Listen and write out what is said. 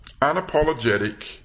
unapologetic